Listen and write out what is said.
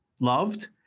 loved